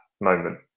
moment